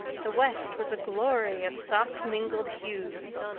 the west was a glory of soft mingled hues,